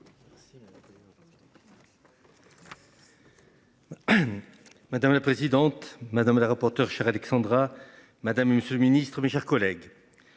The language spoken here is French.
Madame la présidente madame la rapporteure chers Alexandra Madame. Monsieur le Ministre, mes chers collègues.